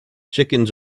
chickens